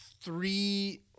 three